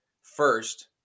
First